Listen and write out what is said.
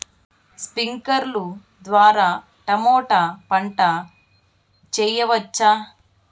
స్ప్రింక్లర్లు ద్వారా టమోటా పంట చేయవచ్చా?